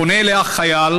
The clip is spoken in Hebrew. פונה אליה חייל,